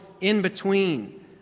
in-between